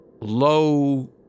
low